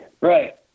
Right